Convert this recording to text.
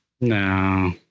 No